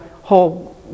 whole